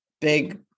big